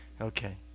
Okay